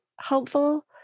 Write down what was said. helpful